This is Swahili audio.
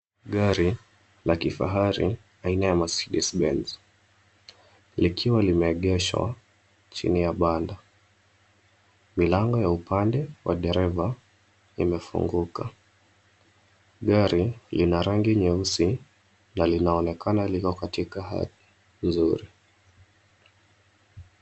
Gari la kifahari aina ya Mercedes Benz likiwa limeegeshwa chini ya banda. Milango ya upande wa dereva imefunguka. Gari lina rangi nyeusi na linaonekana liko katika hali nzuri.